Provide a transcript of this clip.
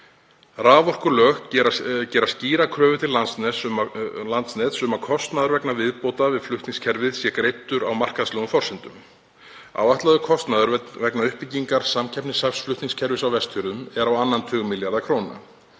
Raforkulög gera skýra kröfu til Landsnets um að kostnaður vegna viðbóta við flutningskerfið sé greiddur á markaðslegum forsendum. Áætlaður kostnaður vegna uppbyggingar samkeppnishæfs flutningskerfis á Vestfjörðum er á annan tug milljarða króna.